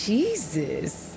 Jesus